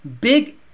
big